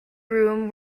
room